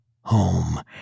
home